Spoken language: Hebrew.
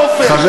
לחופש,